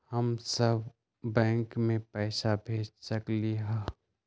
हम सब बैंक में पैसा भेज सकली ह?